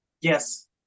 yes